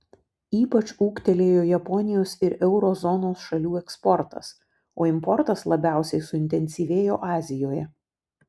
ypač ūgtelėjo japonijos ir euro zonos šalių eksportas o importas labiausiai suintensyvėjo azijoje